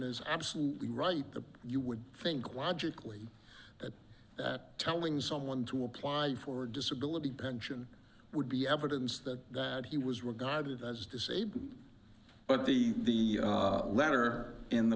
is absolutely right that you would think logically that telling someone to apply for disability pension would be evidence that that he was regarded as disabled but the the letter in the